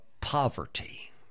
poverty